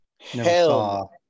Hell